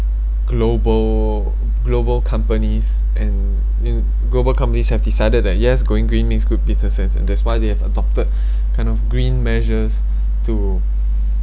global global companies and in global companies have decided that yes going green makes good businesses that's why they have adopted kind of green measures to